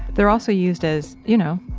they're also used as, you know,